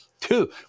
Two